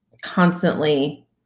constantly